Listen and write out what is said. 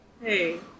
Hey